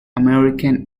american